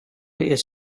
his